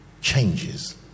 changes